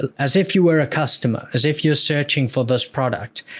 as if you were a customer, as if you're searching for this product.